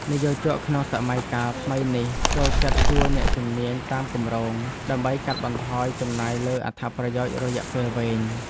និយោជកក្នុងសម័យកាលថ្មីនេះចូលចិត្តជួលអ្នកជំនាញតាមគម្រោង ដើម្បីកាត់បន្ថយចំណាយលើអត្ថប្រយោជន៍រយៈពេលវែង។